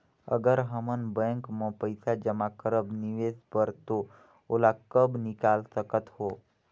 अगर हमन बैंक म पइसा जमा करब निवेश बर तो ओला कब निकाल सकत हो?